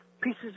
pieces